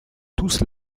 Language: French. tous